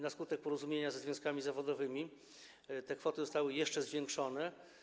Na skutek porozumienia ze związkami zawodowymi te kwoty zostały zwiększone.